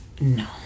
no